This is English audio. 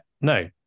no